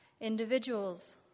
Individuals